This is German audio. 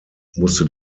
musste